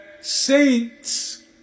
saints